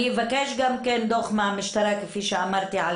אני מבקשת גם דוח מהמשטרה כפי שאמרתי על